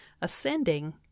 ascending